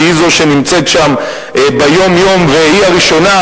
שהיא זו שנמצאת שם ביום-יום והיא הראשונה,